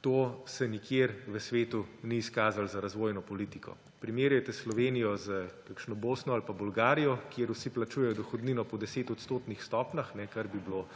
To se nikjer v svetu ni izkazalo za razvojno politiko. Primerjajte Slovenijo s kakšno Bosno ali pa Bolgarijo, kjer vsi plačujejo dohodnino po 10-odstotnih stopnjah, kar bi bilo